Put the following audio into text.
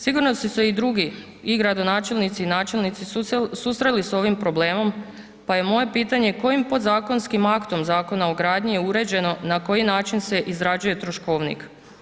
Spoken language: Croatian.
Susreli su se i drugi i gradonačelnici i načelnici, susreli s ovim problemom, pa je moje pitanje, kojim podzakonskim aktom Zakona o gradnji je uređeno na koji način se izrađuje troškovnik?